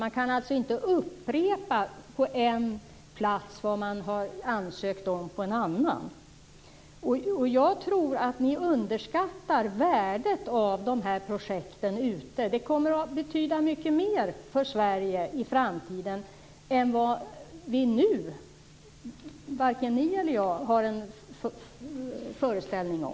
Man kan alltså inte upprepa på en plats vad man har ansökt om på en annan. Jag tror att ni underskattar värdet av dessa projekt. De kommer att betyda mycket mer för Sverige i framtiden än vad vare sig ni eller jag nu har en föreställning om.